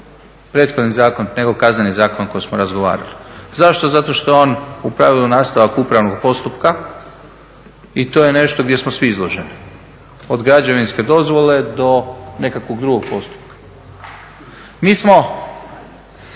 češće sreću nego Kazneni zakon o kojem smo razgovarali. Zašto? Zato što on u pravilu nastavak upravnog postupka i to je nešto gdje smo svi izloženi od građevinske dozvole do nekakvog drugog postupka. Mi smo